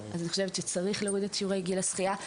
אני חושבת שצריך להוריד את הגיל בו מתחילים שיעורי שחייה.